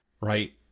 Right